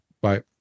Bye